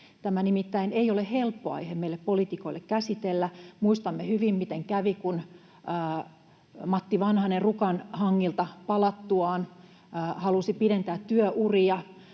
Tämä nimittäin ei ole helppo aihe käsitellä meille poliitikoille. Muistamme hyvin, miten kävi, kun Matti Vanhanen Rukan hangilta palattuaan halusi pidentää työuria.